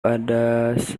ada